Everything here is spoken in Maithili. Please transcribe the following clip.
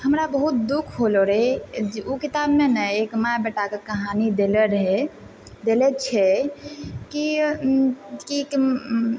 हमरा बहुत दुःख होलो रहै ओ किताबमे ने एक माइ बेटाके कहानी देलो रहै देलै छै की की